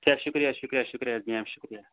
شُکریہ شُکریہ شُکریہ میم شُکریہ